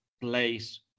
place